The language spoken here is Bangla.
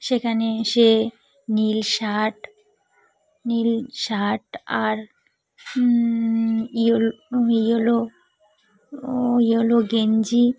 সেখানে সে নীল শার্ট নীল শার্ট আর ইয়োল ইয়োলো ইয়োলো গেঞ্জি